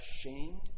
ashamed